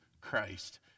Christ